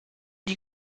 die